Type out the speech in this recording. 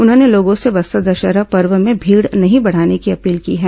उन्होंने लोगों से बस्तर दशहरा पर्व में भीड़ नहीं बढ़ाने की अपील की है